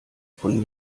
von